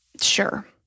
Sure